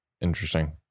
Interesting